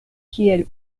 kiel